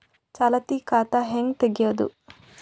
ಚಾಲತಿ ಖಾತಾ ಹೆಂಗ್ ತಗೆಯದು?